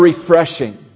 refreshing